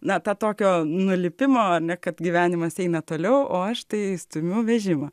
na tą tokio nulipimo kad gyvenimas eina toliau o aš tai stumiu vežimą